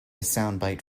soundbite